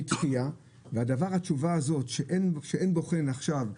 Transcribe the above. והדבר התשובה הזאת שאין בוחן עכשיו,